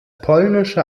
polnische